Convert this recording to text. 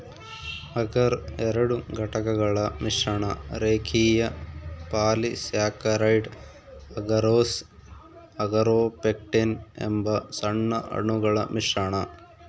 ಅಗರ್ ಎರಡು ಘಟಕಗಳ ಮಿಶ್ರಣ ರೇಖೀಯ ಪಾಲಿಸ್ಯಾಕರೈಡ್ ಅಗರೋಸ್ ಅಗಾರೊಪೆಕ್ಟಿನ್ ಎಂಬ ಸಣ್ಣ ಅಣುಗಳ ಮಿಶ್ರಣ